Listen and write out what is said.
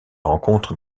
rencontre